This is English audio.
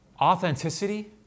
authenticity